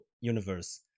universe